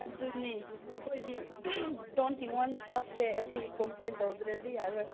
ꯑꯗꯨꯅꯦ ꯑꯩꯈꯣꯏꯒꯤ twenty one ꯁ꯭ꯇꯥꯐꯁꯦ ꯑꯁꯤ ꯀꯣꯝꯄ꯭ꯂꯦꯟ ꯇꯧꯗ꯭ꯔꯗꯤ ꯌꯥꯔꯣꯏ